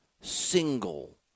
single